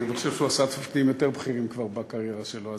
אני חושב שהוא כבר עשה תפקידים יותר בכירים בקריירה שלו,